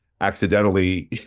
accidentally